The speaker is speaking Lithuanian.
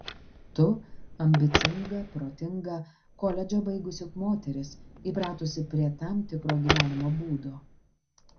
tu ambicinga protinga koledžą baigusi moteris įpratusi prie tam tikro gyvenimo būdo